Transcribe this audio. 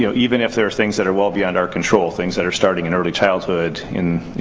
you know even if there's things that are well beyond our control, things that are starting in early childhood in